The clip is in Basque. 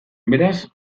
beraz